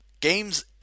Games